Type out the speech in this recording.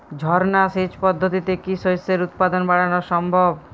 ঝর্না সেচ পদ্ধতিতে কি শস্যের উৎপাদন বাড়ানো সম্ভব?